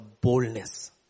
boldness